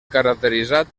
caracteritzat